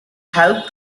helped